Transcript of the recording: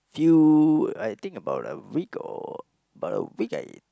few I think about a week or about a week I